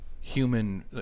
human